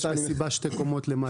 יש מסיבה שתי קומות למטה.